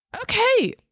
Okay